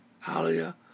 Hallelujah